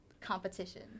competition